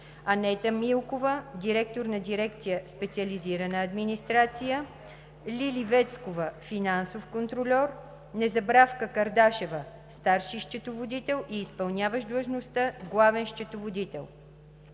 Анета Милкова – директор на дирекция „Специализирана администрация“; Лили Вецкова – финансов контрольор; Незабравка Кардашева – старши счетоводител и изпълняващ длъжността главен счетоводител.